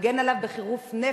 מגן עליו בחירוף נפש.